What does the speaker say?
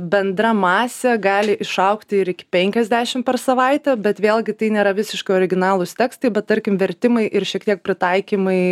bendra masė gali išaugti ir iki penkiasdešim per savaitę bet vėlgi tai nėra visiškai originalūs tekstai bet tarkim vertimai ir šiek tiek pritaikymai